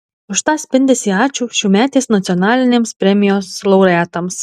už tą spindesį ačiū šiųmetės nacionalinėms premijos laureatams